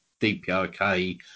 DPRK